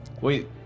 Wait